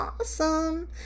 awesome